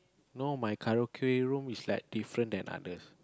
no my karaoke room is like different than others